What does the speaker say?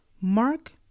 Mark